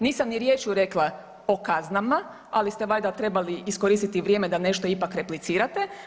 Nisam ni riječju rekla o kaznama, ali ste valjda trebali iskoristiti vrijeme da nešto ipak replicirate.